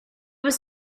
was